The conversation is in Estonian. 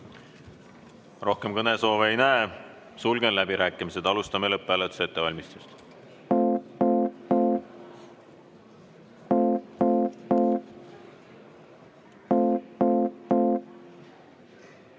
Rohkem kõnesoove ei näe. Sulgen läbirääkimised. Alustame lõpphääletuse ettevalmistamist.